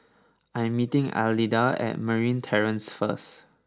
I am meeting Alida at Marine Terrace first